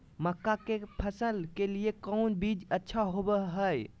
मक्का के फसल के लिए कौन बीज अच्छा होबो हाय?